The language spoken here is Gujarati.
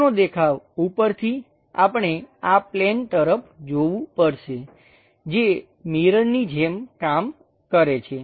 ઉપરનો દેખાવ ઉપરથી આપણે આં પ્લેન તરફ જોવું પડશે જે મિરરની જેમ કામ કરે છે